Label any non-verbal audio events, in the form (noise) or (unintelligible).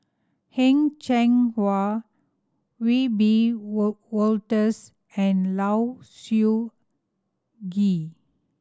Heng Cheng Hwa Wiebe (unintelligible) Wolters and Low Siew Nghee